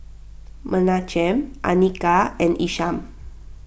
Menachem Anika and Isham